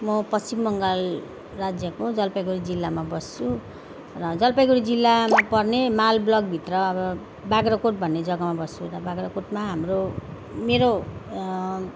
म पश्चिम बङ्गाल राज्यको जलपाइगुडी जिल्लामा बस्छु र जलपाइगुडी जिल्लामा पर्ने माल ब्लकभित्र अब बाग्राकोट भन्ने जग्गामा बस्छु यता बाग्राकोटमा हाम्रो मेरो